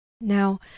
Now